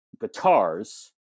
guitars